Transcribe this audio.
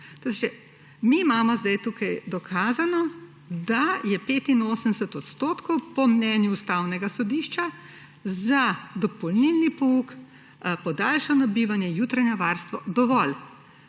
Mi imamo zdaj tu dokazano, da je 85 % po mnenju Ustavnega sodišča za dopolnilni pouk, podaljšano bivanje, jutranje varstvo dovolj.